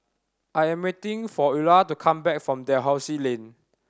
I'm waiting for Eulah to come back from Dalhousie Lane